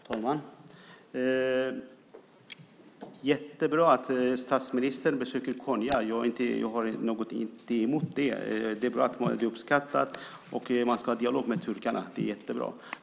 Herr talman! Det är bra att statsministern besöker Konya; det har jag inget emot. Det är uppskattat och bra att man har en dialog med turkarna.